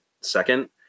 second